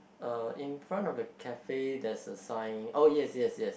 uh in front of the cafe there's a sign oh yes yes yes